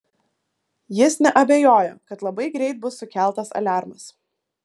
jis neabejojo kad labai greit bus sukeltas aliarmas